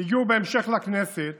הגיעו בהמשך לכנסת